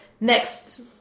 Next